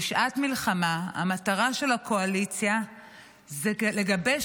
בשעת מלחמה המטרה של הקואליציה היא לגבש